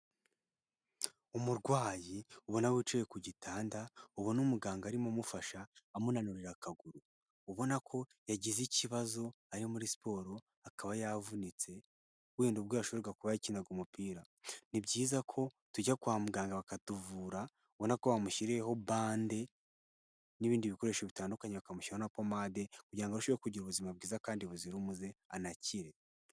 Umurwayi ubona wicaye ku gitanda, ubona umuganga arimo umufasha amunurira akaguru, ubona ko yagize ikibazo ayo muri siporo akaba yavunitse wenda ubwo yashoboraga kuba yakinaga umupira, ni byiza ko tujya kwa muganga bakatuvura ubona ko bamushyiriyeho bande n'ibindi bikoresho bitandukanye, bakamushyirara na pomade, kugira ngo asheho kugira ubuzima bwiza kandi buzira umuze anakire.